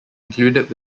included